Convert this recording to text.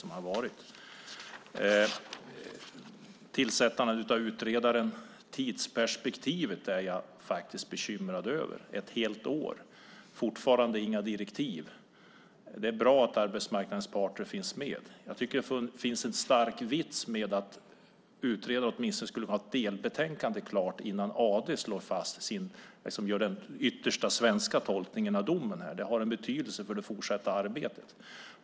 Vad gäller tillsättandet av utredaren och tidsperspektivet är jag bekymrad. Ett helt år har utredaren på sig - och fortfarande finns inga direktiv. Det är bra att arbetsmarknadens parter finns med. Det finns en stor poäng med att utredaren kunde ha åtminstone ett delbetänkande klart innan AD gör den yttersta svenska tolkningen av domen. Det har betydelse för det fortsatta arbetet.